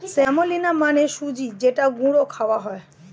semolina মানে সুজি যেটা গুঁড়ো খাওয়া হয়